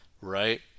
right